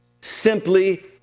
simply